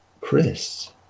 Chris